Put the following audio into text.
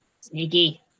Sneaky